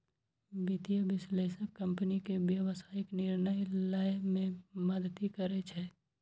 वित्तीय विश्लेषक कंपनी के व्यावसायिक निर्णय लए मे मदति करै छै